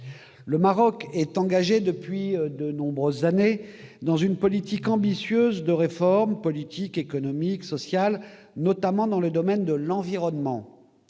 Le Maroc est engagé, depuis de nombreuses années, dans une politique ambitieuse de réformes- politiques, économiques, sociales -, notamment dans le domaine de l'environnement.